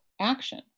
action